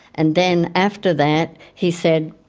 and then after that he said,